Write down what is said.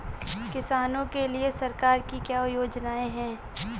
किसानों के लिए सरकार की क्या योजनाएं हैं?